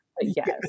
yes